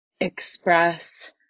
express